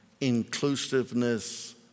inclusiveness